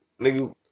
Nigga